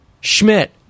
Schmidt